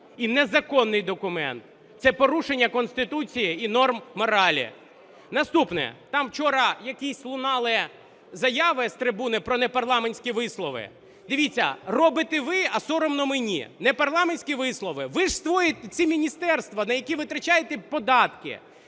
і незаконний документ, це порушення Конституції і норм моралі. Наступне, там вчора якісь лунали заяви з трибуни про непарламентські вислови. Дивіться, робите ви – а соромно мені. Непарламентські вислови. Ви ж створюєте ці міністерства, на які витрачаєте податки,